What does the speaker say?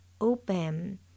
open